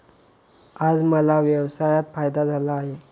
आज मला व्यवसायात फायदा झाला आहे